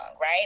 right